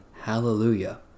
Hallelujah